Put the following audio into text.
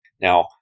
Now